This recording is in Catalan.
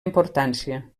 importància